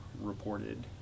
reported